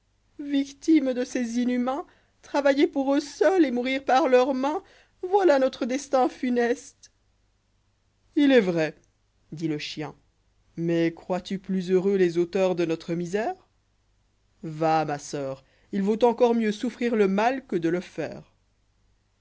victimes de ces inhumains travailler pour eux seuls et mourir par leurs mains voilà notre destin funeste il est vrai dit le chien mais crois-tu plus heureux xes auteurs de notre misère va ma soeur il vaut encor mieux souffrir le mal que de le faire